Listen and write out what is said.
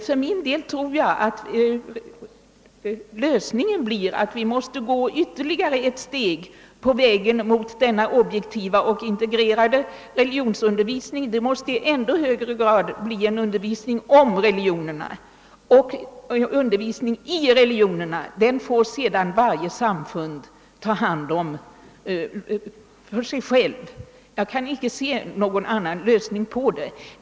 För min del tror jag att lösningen blir att vi måste gå ytterligare ett steg på vägen mot denna objektiva och integrerade religionsundervisning. Det måste i ännu högre grad bli en undervisning om religionerna, och undervisningen i religionerna får sedan varje samfund för sig ha hand om. Jag kan icke se någon annan lösning på problemet.